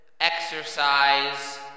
exercise